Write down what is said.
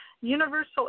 Universal